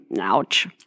ouch